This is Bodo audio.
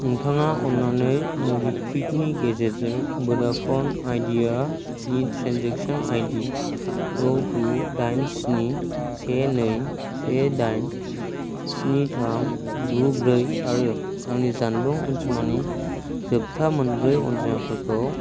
नोंथाङा अन्नानै मबिक्विकनि गेजेरजों भडाफन आइडिया नि ट्रेन्जेकसन आइडि द' गु दाइन स्नि से नै से दाइन स्नि थाम गु ब्रै आरो आंनि जानबुं अनजिमानि जोबथा मोनब्रै अनजिमाफोरखौ